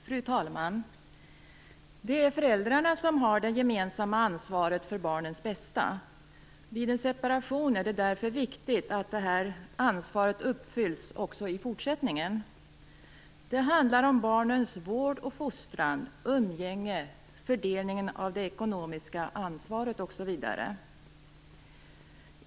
Fru talman! Det är föräldrarna som har det gemensamma ansvaret för barnens bästa. Vid en separation är det därför viktigt att det ansvaret uppfylls också i fortsättningen. Det handlar om barnets vård och fostran, umgänge, fördelningen av det ekonomiska ansvaret osv.